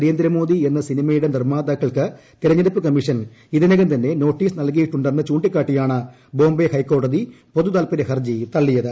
നരേന്ദ്രമോദി എന്ന സിനിമയുടെ നിർമ്മാതാക്കൾക്ക് തെരഞ്ഞെടുപ്പ് കമ്മീഷൻ ഇതിനകം തന്നെ നോട്ടീസ് നൽകിയിട്ടു എന്ന് ചൂ ിക്കാട്ടിയാണ് ബോംബെ ഹൈക്കോടതി പൊതുതാല്പര്യ ഹർജി തള്ളിയത്